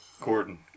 Gordon